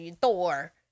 Thor